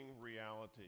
reality